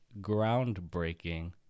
groundbreaking